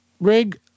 rig